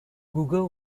google